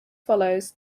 follows